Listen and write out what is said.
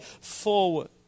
forward